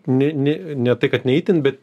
ne ne ne tai kad ne itin bet